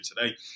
today